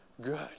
good